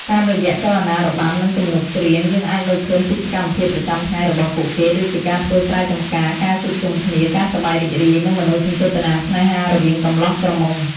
តាមរយៈចលនារបាំ និងទំនុកច្រៀង យើងអាចមើលឃើញពីសកម្មភាពប្រចាំថ្ងៃរបស់ពួកគេ ដូចជាការធ្វើស្រែចម្ការ ការជួបជុំគ្នា ការសប្បាយរីករាយ និងមនោសញ្ចេតនាស្នេហារវាងកំលោះក្រមុំ។